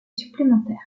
supplémentaire